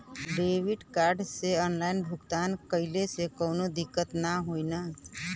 Debit card से online भुगतान कइले से काउनो दिक्कत ना होई न?